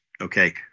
okay